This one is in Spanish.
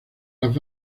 las